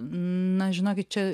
na žinokit čia